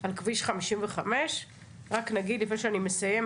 על כביש 55. רק נגיד ,לפני שאני מסיימת,